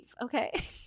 Okay